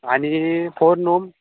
आणि फोर नूम